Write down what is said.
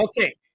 Okay